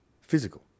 physical